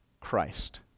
Christ